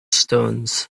stones